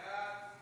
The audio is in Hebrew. סעיף 14,